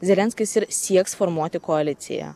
zelenskis ir sieks formuoti koaliciją